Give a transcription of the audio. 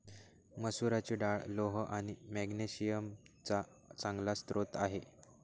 मसुराची डाळ लोह आणि मॅग्नेशिअम चा चांगला स्रोत आहे